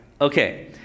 Okay